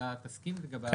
והוועדה תסכים לגביו,